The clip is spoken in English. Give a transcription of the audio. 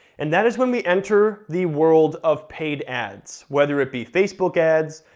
and that is when we enter the world of paid ads. whether it be facebook ads,